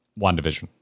WandaVision